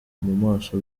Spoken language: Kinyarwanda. maso